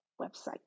website